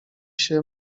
się